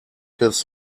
his